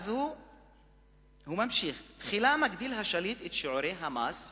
אז הוא ממשיך: תחילה מגדיל השליט את שיעורי המס והשומה,